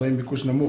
ואם ביקוש נמוך,